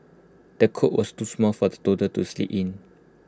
the cot was too small for the toddler to sleep in